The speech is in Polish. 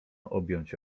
objąć